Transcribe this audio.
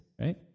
right